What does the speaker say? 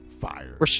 fire